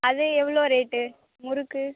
அது எவ்வளோ ரேட்டு முறுக்கு